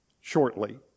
shortly